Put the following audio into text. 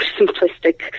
simplistic